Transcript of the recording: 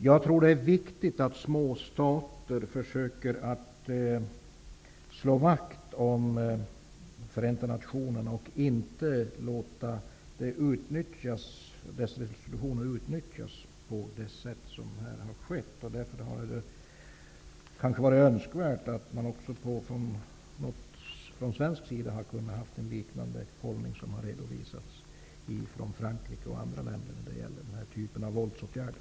Jag tror att det är viktigt att småstater försöker slå vakt om Förenta nationerna och inte låta dess resolutioner utnyttjas på det sätt som har skett. Därför hade det kanske varit önskvärt att man från svensk sida hade intagit en hållning som liknar den som har redovisats från Frankrike och andra länder när det gäller denna typ av våldsåtgärder.